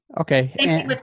Okay